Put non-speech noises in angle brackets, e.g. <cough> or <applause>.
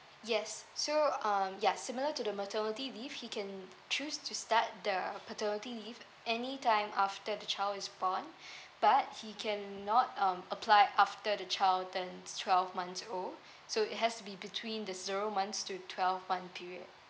yes so um ya similar to the maternity leave he can choose to start the paternity leave any time after the child is born <breath> but he cannot um apply after the child turns twelve months old so it has to be between the zero months to twelve month period